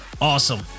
awesome